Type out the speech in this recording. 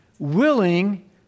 willing